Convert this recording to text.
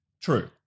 True